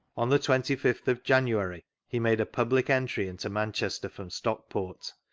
on the twenty five tfa of january, he made a public entry into manchester from stockport,